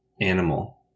animal